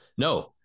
No